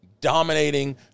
dominating